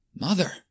Mother